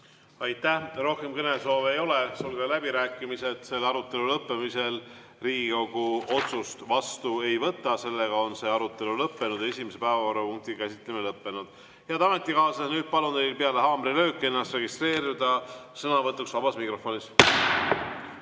Aitäh! Rohkem kõnesoove ei ole. Sulgen läbirääkimised. Selle arutelu lõppemisel Riigikogu otsust vastu ei võta, seega on arutelu lõppenud ja ka esimese päevakorrapunkti käsitlemine on lõppenud. Head ametikaaslased! Nüüd palun peale haamrilööki ennast registreerida sõnavõtuks vabas mikrofonis.